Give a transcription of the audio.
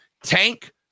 tank